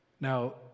Now